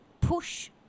push